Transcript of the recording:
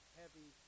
heavy